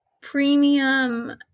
premium